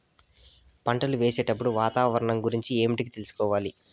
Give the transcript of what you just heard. పంటలు వేసేటప్పుడు వాతావరణం గురించి ఏమిటికి తెలుసుకోవాలి?